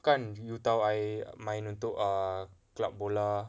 kan you tahu I main untuk err kelab bola